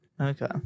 okay